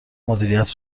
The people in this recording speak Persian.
مدیریت